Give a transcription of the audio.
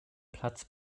platz